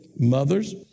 Mothers